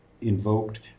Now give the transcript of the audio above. invoked